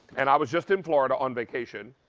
and i was just in florida on vacation,